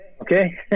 Okay